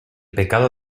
pecado